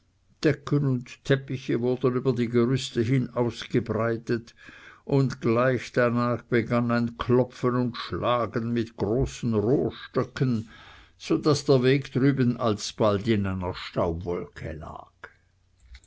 und teppiche wurden über die gerüste hin ausgebreitet und gleich danach begann ein klopfen und schlagen mit großen rohrstöcken so daß der weg drüben alsbald in einer staubwolke lag